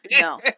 No